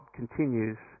continues